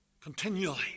continually